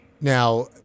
Now